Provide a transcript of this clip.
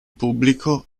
pubblico